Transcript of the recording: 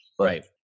Right